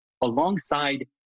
alongside